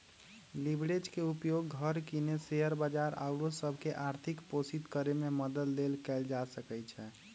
leverage के उपयोग घर किने, शेयर बजार आउरो सभ के आर्थिक पोषित करेमे मदद लेल कएल जा सकइ छै